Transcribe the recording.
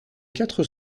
quatre